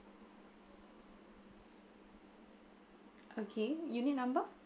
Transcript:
okay unit number